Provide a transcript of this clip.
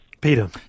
Peter